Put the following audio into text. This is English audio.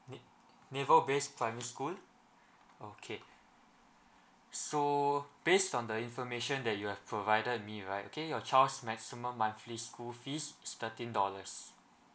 na~ naval base primary school okay so based on the information that you have provided me right okay your child's maximum monthly school fees is thirteen dollars